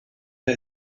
der